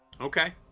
Okay